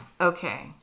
Okay